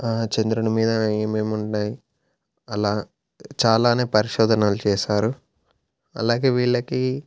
చంద్రుని మీద ఏమేమి ఉన్నాయి అలా చాలానే పరిశోధనలు చేసారు అలాగే వీళ్ళకి